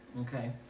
Okay